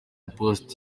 post